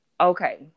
okay